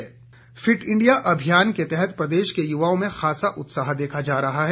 fit India fit India अभियान के तहत प्रदेश के युवाओं में खासा उत्साह देखा जा रहा है